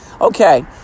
Okay